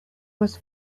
was